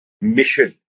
mission